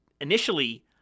initially